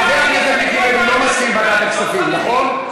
חבר הכנסת מיקי לוי לא מסכים לוועדת הכספים, נכון?